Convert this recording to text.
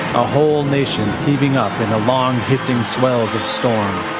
a whole nation heaving up in long hissing swells of storm.